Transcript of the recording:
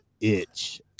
itch